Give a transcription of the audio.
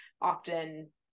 often